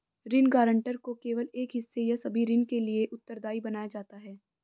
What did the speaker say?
ऋण गारंटर को केवल एक हिस्से या सभी ऋण के लिए उत्तरदायी बनाया जाता है